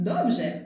Dobrze